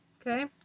Okay